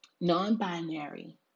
non-binary